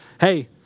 hey